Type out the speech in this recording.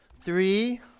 Three